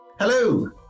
Hello